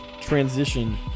transition